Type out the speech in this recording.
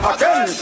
Again